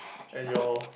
at your